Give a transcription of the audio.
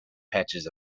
patches